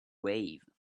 wave